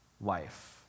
life